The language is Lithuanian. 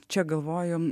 čia galvojome